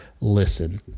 listen